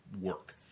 work